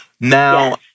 Now